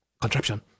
contraption